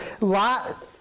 Lot